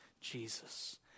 Jesus